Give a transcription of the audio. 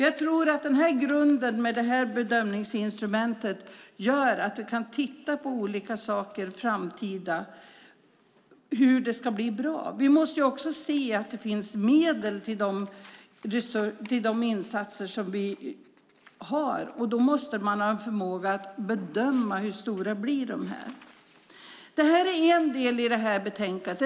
Jag tror att det här bedömningsinstrumentet gör att vi kan titta på olika saker ska bli bra i framtiden. Vi måste ju också se till att det finns medel till de insatser som vi har, och då måste man ha en förmåga att bedöma hur stora insatserna blir. Det här är en del i betänkandet.